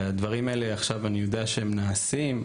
והדברים האלה עכשיו אני יודע שהם נעשים,